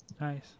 Nice